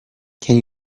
can